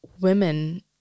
women